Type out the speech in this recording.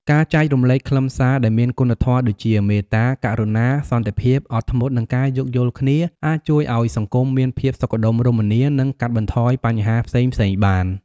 ការចែករំលែកខ្លឹមសារដែលមានគុណធម៌ដូចជា មេត្តា ករុណា សន្តិភាព អត់ធ្មត់ និងការយោគយល់គ្នា អាចជួយឱ្យសង្គមមានភាពសុខដុមរមនា និងកាត់បន្ថយបញ្ហាផ្សេងៗបាន។